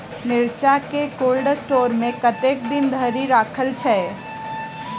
मिर्चा केँ cold store मे कतेक दिन धरि राखल छैय?